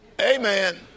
Amen